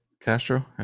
Castro